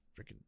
freaking